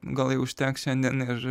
gal jau užteks šiandien ir